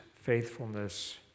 faithfulness